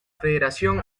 federación